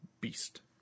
Beast